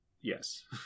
yes